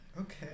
okay